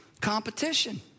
competition